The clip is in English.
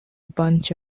bunch